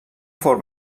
fort